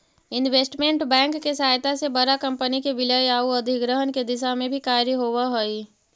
investment bank के सहायता से बड़ा कंपनी के विलय आउ अधिग्रहण के दिशा में भी कार्य होवऽ हइ